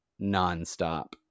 nonstop